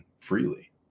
freely